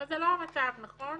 אבל זה לא המצב, נכון?